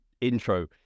intro